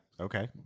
okay